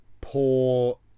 poor